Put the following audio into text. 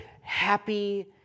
happy